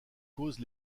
cause